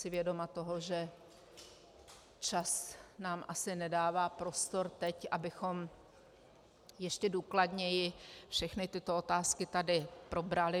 Jsem si vědoma toho, že čas nám asi nedává prostor teď, abychom ještě důkladněji všechny tyto otázky tady probrali.